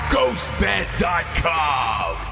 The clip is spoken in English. GhostBed.com